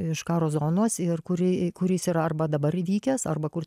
iš karo zonos ir kuri kuris yra arba dabar įvykęs arba kur